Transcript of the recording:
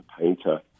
painter